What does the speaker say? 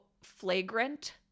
flagrant